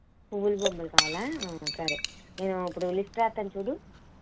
పువ్వులు బొమ్మలు కావాలా సరే ఇప్పుడు లిస్ట్ రాస్తాను చూడు